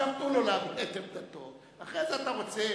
עכשיו תנו לו להגיד את עמדתו, אחרי זה אתה רוצה?